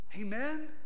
Amen